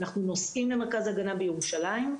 אנחנו נוסעים למרכז ההגנה בירושלים,